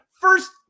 First